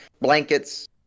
blankets